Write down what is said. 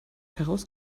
heraus